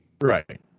Right